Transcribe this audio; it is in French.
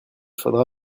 faudra